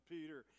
Peter